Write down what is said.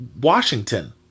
Washington